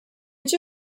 age